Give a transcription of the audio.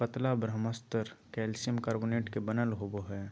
पतला बाह्यस्तर calcium carbonate के बनल होबो हइ